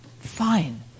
fine